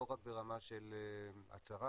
לא רק ברמה של הצהרה,